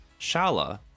Shala